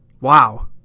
Wow